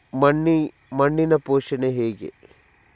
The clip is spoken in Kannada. ಮಣ್ಣಿನ ಪೋಷಣೆ ಹೇಗೆ?